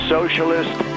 Socialist